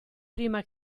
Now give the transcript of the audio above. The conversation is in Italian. prima